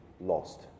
lost